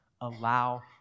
allow